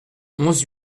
onze